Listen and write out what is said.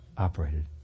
operated